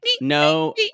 No